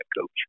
coach